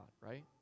right